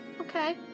Okay